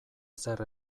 zer